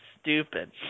stupid